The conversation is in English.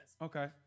Okay